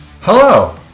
Hello